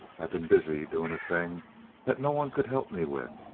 i've been busy doing a thing that no one could help me with.